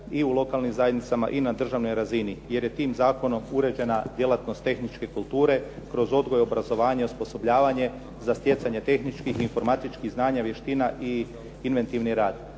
i u lokalnim zajednicama i na državnoj razini jer je tim zakonom uređena djelatnost tehničke kulture kroz odgoj, obrazovanje i osposobljavanje za stjecanje tehničkih i informatičkih znanja, vještina i inventivni rad.